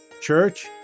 Church